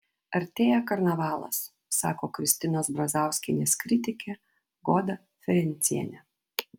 artėja karnavalas sako kristinos brazauskienės kritikė goda ferencienė